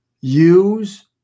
use